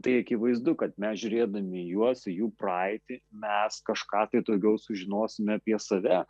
tai akivaizdu kad mes žiūrėdami juos į jų praeitį mes kažką tai daugiau sužinosime apie save